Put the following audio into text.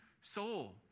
soul